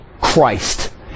Christ